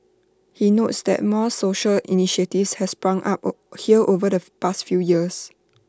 he notes that more social initiatives has sprung up here over the past few years